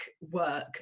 work